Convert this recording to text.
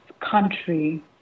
country